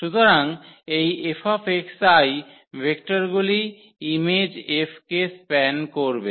সুতরাং এই 𝐹x𝑖 ভেক্টরগুলি ইমেজ F কে স্প্যান করবে